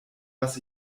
was